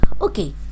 okay